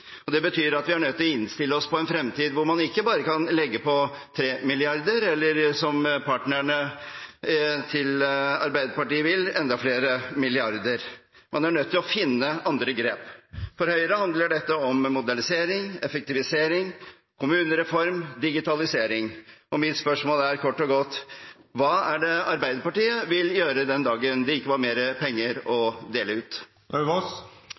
Det betyr at vi er nødt til å innstille oss på en fremtid hvor man ikke bare kan legge på 3 mrd. kr, eller som partnerne til Arbeiderpartiet vil, enda flere milliarder. Man er nødt til å finne andre grep. For Høyre handler dette om modernisering, effektivisering, kommunereform, digitalisering. Mitt spørsmål er kort og godt: Hva er det Arbeiderpartiet vil gjøre den dagen det ikke er mer penger å dele